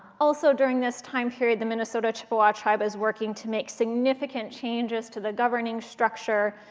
also, during this time period, the minnesota chippewa tribe is working to make significant changes to the governing structure.